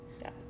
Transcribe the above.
yes